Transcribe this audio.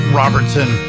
robertson